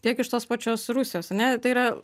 tiek iš tos pačios rusijos ane tai yra